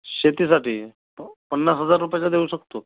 शेतीसाठी प पन्नास हजार रुपयांचं देऊ शकतो